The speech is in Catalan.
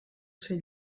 ser